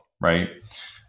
right